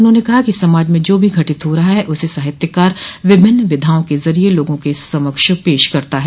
उन्होंने कहा कि समाज में जो भी घटित हो रहा है उसे साहित्यकार विभिन्न विधाओं के ज़रिये लोगों के समक्ष पेश करता है